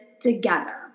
together